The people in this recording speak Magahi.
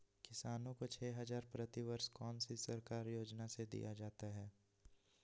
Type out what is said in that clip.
किसानों को छे हज़ार प्रति वर्ष कौन सी सरकारी योजना से दिया जाता है?